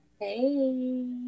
hey